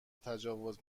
تجاوز